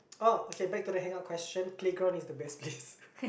orh okay back to the hangout question playground is the best place